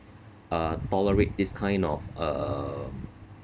uh tolerate this kind of uh